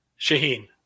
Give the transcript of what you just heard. Shaheen